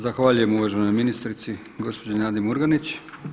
Zahvaljujem uvaženoj ministrici gospođi Nadi Murganić.